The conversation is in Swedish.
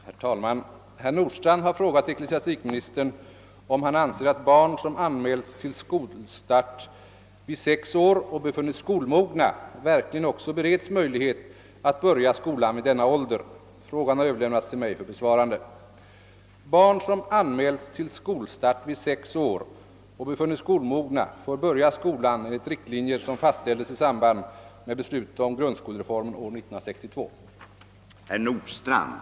Herr talman! Herr Nordstrandh har frågat ecklesiastikministern, om han anser att barn, som anmälts till skolstart vid sex år och befunnits skolmogna, verkligen också bereds möjlighet att börja skolan vid denna ålder. Frågan har överlämnats till mig för besvarande.